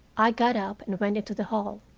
i got up and went into the hall.